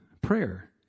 prayer